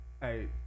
Hey